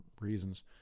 reasons –